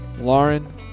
Lauren